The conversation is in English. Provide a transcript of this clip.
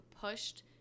pushed